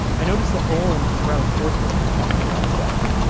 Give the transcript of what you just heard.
i notice that olin is rather forthright when talking about sex,